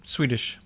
Swedish